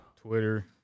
Twitter